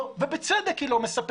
לא, ובצדק היא לא מספקת.